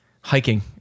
hiking